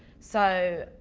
so,